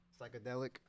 psychedelic